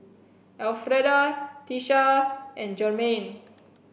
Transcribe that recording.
Alfreda Tisha and Jermain